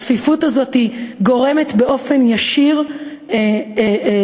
שהיא גורמת באופן ישיר לתמותה,